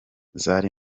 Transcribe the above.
zari